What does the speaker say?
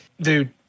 Dude